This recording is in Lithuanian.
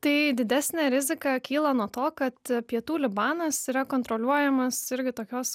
tai didesnė rizika kyla nuo to kad pietų libanas yra kontroliuojamas irgi tokios